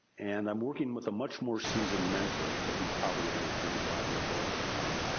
and i'm working with a much more seasoned mentor. but he's probably only thirty five years old, at the time.